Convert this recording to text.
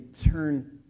turn